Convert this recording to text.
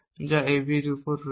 যা AB এর উপর রয়েছে